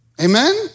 Amen